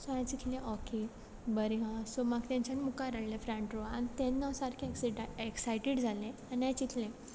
so हांयें चिंतलें okay बरें आहा सो म्हाका तेंच्यांनी मुकार हाडलें फ्रंट रोवा आनी तेन्ना हांव सारकें एक्स एक्सायटेड जालें आनी हांयें चिंतलें